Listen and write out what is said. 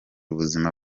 ubuzima